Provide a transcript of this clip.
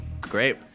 Great